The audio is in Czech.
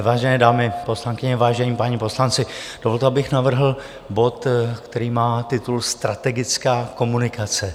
Vážené dámy poslankyně, vážení páni poslanci, dovolte, abych navrhl bod, který má titul Strategická komunikace.